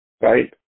right